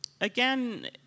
Again